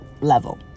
level